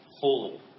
fully